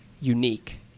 unique